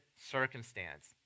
circumstance